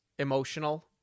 emotional